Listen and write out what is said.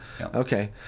Okay